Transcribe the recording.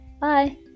Bye